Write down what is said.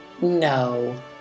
No